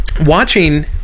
watching